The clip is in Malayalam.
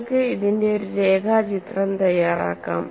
നിങ്ങൾക്ക് ഇതിന്റെ ഒരു രേഖാചിത്രം തയ്യാറാക്കാം